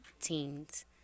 teens